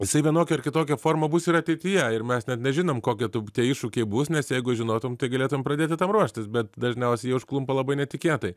jisai vienokia ar kitokia forma bus ir ateityje ir mes net nežinom kokie tie iššūkiai bus nes jeigu žinotum galėtumėm pradėti tam ruoštis bet dažniausiai jie užklumpa labai netikėtai